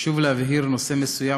חשוב להבהיר נושא מסוים,